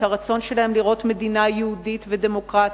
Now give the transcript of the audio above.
הרצון שלהם לראות מדינה יהודית ודמוקרטית,